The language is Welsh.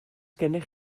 gennych